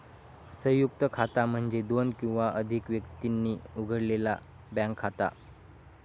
संयुक्त खाता म्हणजे दोन किंवा अधिक व्यक्तींनी उघडलेला बँक खाता